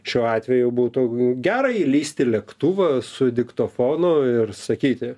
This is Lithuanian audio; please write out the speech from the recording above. šiuo atveju būtų gera įlįst į lėktuvą su diktofonu ir sakyti